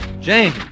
Jane